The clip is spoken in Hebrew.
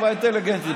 תשובה אינטליגנטית.